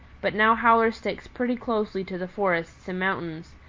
but now howler sticks pretty closely to the forests and mountains,